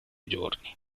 giorni